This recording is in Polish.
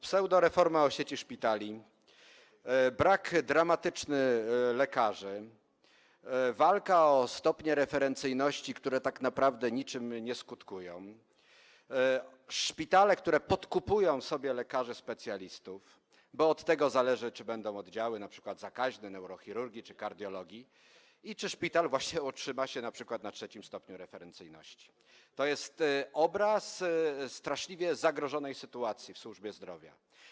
Pseudoreforma sieci szpitali, dramatyczny brak lekarzy, walka o stopnie referencyjności, które tak naprawdę niczym nie skutkują, szpitale, które podkupują sobie lekarzy specjalistów, bo od tego zależy, czy będą oddziały, np. zakaźne, neurochirurgii czy kardiologii, i czy szpital utrzyma się np. na trzecim stopniu referencyjności - to jest obraz straszliwego zagrożenia, sytuacji w służbie zdrowia.